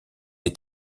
est